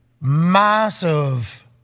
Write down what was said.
massive